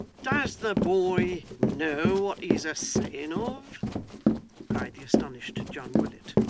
does the boy know what he's a saying of cried the astonished john willet.